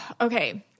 Okay